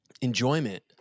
enjoyment